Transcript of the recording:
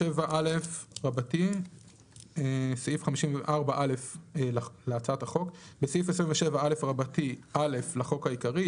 54א. בסעיף 27א(א) לחוק העיקרי,